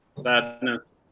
Sadness